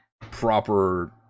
proper